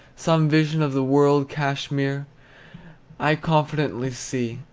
some vision of the world cashmere i confidently see!